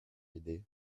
aidés